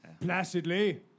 Placidly